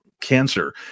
cancer